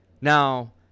Now